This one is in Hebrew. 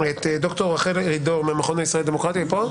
ד"ר רחל ארידור, המכון הישראלי לדמוקרטיה, בבקשה.